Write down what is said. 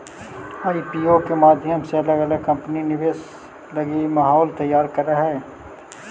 IPO के माध्यम से अलग अलग कंपनि निवेश लगी माहौल तैयार करऽ हई